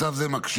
מצב זה מקשה,